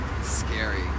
scary